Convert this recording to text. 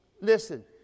Listen